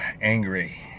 Angry